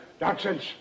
nonsense